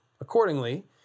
Accordingly